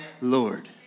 Lord